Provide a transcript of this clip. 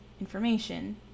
information